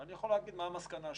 ואני יכול להגיד מה המסקנה שלי.